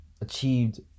achieved